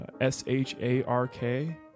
S-H-A-R-K